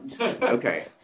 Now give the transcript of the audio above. Okay